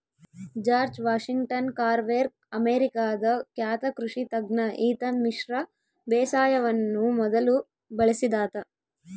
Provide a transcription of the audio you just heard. George Washington Carver ಅಮೇರಿಕಾದ ಖ್ಯಾತ ಕೃಷಿ ತಜ್ಞ ಈತ ಮಿಶ್ರ ಬೇಸಾಯವನ್ನು ಮೊದಲು ಬಳಸಿದಾತ